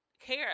care